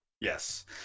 yes